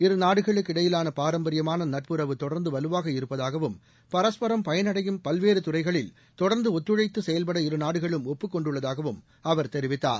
இருநாடுகளுக்கு இடையிலான பாரம்பரியமான நட்புறவு தொடர்ந்து வலுவாக இருப்பதாகவும் பரண்பரம் பயனடையும் பல்வேறு துறைகளில் தொடர்ந்து ஒத்துழைத்து செயல்பட இருநாடுகளும் ஒப்புக் கொண்டுள்ளதாகவும் அவர் தெரிவித்தார்